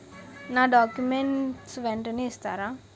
నా డాక్యుమెంట్స్ వెంటనే ఇస్తారా?